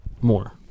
more